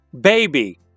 baby